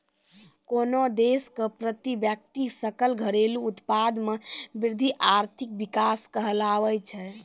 कोन्हो देश के प्रति व्यक्ति सकल घरेलू उत्पाद मे वृद्धि आर्थिक विकास कहलाबै छै